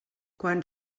quan